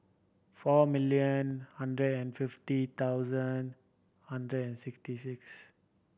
four million hundred and fifty thousand hundred and sixty six